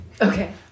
Okay